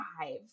five